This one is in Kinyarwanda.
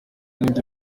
nibyo